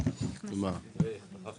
אני מבקש